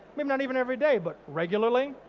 maybe not even every day but regularly,